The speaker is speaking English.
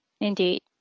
Indeed